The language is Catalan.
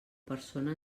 persona